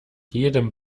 jedem